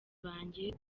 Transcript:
banjye